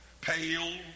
pale